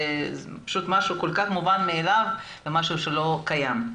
זה פשוט משהו כל כך מובן מאליו וזה משהו שלא קיים.